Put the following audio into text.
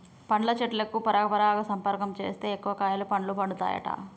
పండ్ల చెట్లకు పరపరాగ సంపర్కం చేస్తే ఎక్కువ కాయలు పండ్లు పండుతాయట